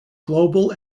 global